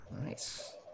Nice